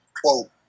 quote